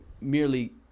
merely